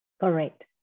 correct